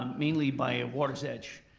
um mainly by water's edge,